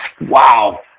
Wow